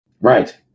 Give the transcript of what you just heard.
Right